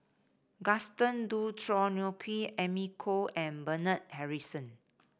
Gaston Dutronquoy Amy Khor and Bernard Harrison